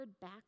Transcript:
back